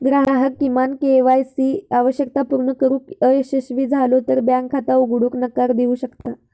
ग्राहक किमान K Y C आवश्यकता पूर्ण करुक अयशस्वी झालो तर बँक खाता उघडूक नकार देऊ शकता